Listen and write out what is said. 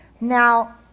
Now